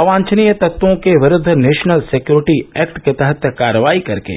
अवांछनीय तत्वो के विरूद्ध नेशनल सिक्योरिटी एक्ट के तहत कार्रवाई कर के